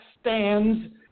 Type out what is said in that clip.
stands